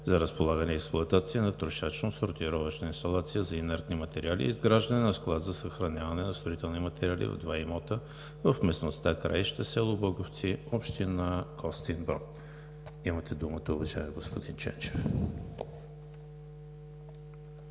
за разполагане и експлоатация на трошачно-сортировъчна инсталация за инертни материали и изграждане на склад за съхраняване на строителни материали в два имота в местността Краище, село Богьовци, община Костинброд. Имате думата, уважаеми господин Ченчев.